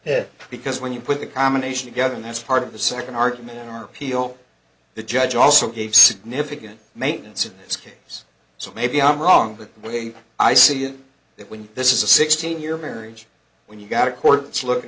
or because when you put the combination together that's part of the second argument in our appeal the judge also gave significant maintenance in this case so maybe i'm wrong the way i see it that when this is a sixteen year marriage when you've got a court's looking